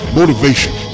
motivation